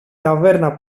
ταβέρνα